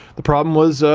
the problem was,